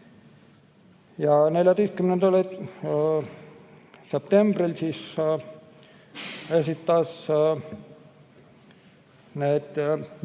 14. septembril esitas